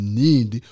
need